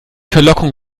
verlockung